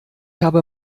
habe